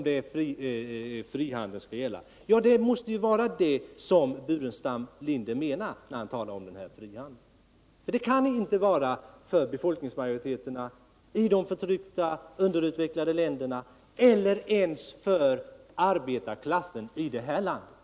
Det måste ju vara det sistnämnda som Staffan Burenstam Linder åsyftar när han talar om frihandet, för det kan inte gälla befolkningsmajoriteterna i de förtryckta underutvecklade länderna eller ens arbetarklassen i det här landet.